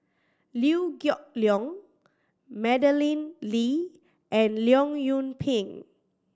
Liew Geok Leong Madeleine Lee and Leong Yoon Pin